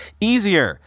easier